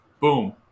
Boom